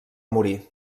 morir